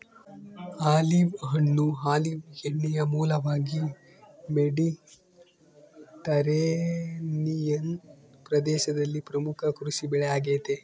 olive ಹಣ್ಣು olive ಎಣ್ಣೆಯ ಮೂಲವಾಗಿ ಮೆಡಿಟರೇನಿಯನ್ ಪ್ರದೇಶದಲ್ಲಿ ಪ್ರಮುಖ ಕೃಷಿಬೆಳೆ ಆಗೆತೆ